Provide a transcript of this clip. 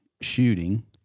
shooting